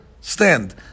stand